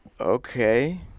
okay